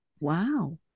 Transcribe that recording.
Wow